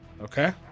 Okay